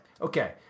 okay